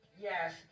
Yes